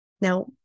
now